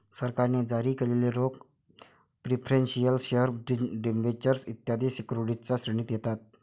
सरकारने जारी केलेले रोखे प्रिफरेंशियल शेअर डिबेंचर्स इत्यादी सिक्युरिटीजच्या श्रेणीत येतात